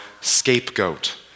scapegoat